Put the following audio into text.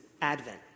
Advent